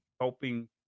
helping